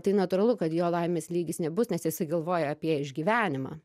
tai natūralu kad jo laimės lygis nebus nes jisai galvoja apie išgyvenimą